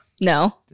No